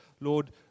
Lord